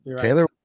taylor